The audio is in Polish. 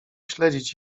śledzić